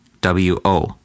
W-O